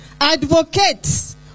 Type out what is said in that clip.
advocates